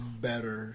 Better